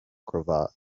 cravat